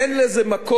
זה אנשי